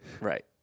Right